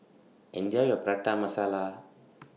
Enjoy your Prata Masala